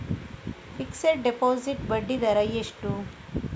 Fixed deposit ಬಡ್ಡಿ ದರ ಎಷ್ಟು?